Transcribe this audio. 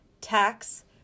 tax